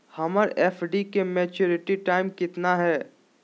हमर एफ.डी के maturity time कितना है?